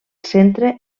centre